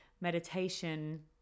meditation